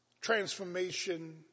transformation